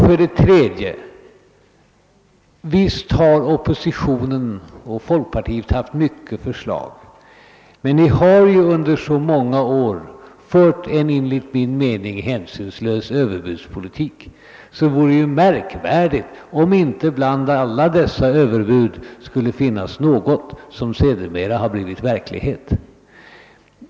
För det tredje: Visst har folkpartiet och de övriga oppositionspartierna Jagt fram många förslag. De har under mänga år fört en hänsynslös överbudspolitik, och det vore märkvärdigt om det inte bland alla dessa överbud skulle finnas något förslag som sedermera har blivit verklighet.